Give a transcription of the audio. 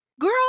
girl